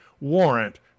warrant